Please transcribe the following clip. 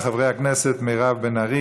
של חברי הכנסת מירב בן ארי,